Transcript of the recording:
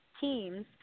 teams